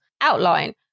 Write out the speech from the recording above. outline